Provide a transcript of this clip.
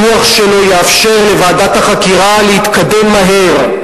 הדוח שלו יאפשר לוועדת החקירה להתקדם מהר.